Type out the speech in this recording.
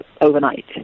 overnight